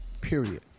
Period